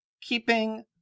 keeping